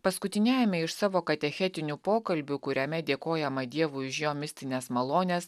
paskutiniajame iš savo katechetinių pokalbių kuriame dėkojama dievui už jo mistines malones